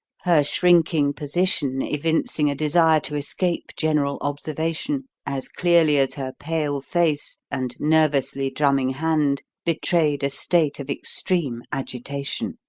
her shrinking position evincing a desire to escape general observation as clearly as her pale face and nervously drumming hand betrayed a state of extreme agitation.